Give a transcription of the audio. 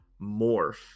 Morph